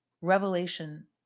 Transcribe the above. Revelation